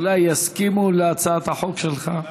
אולי יסכימו להצעת החוק שלך.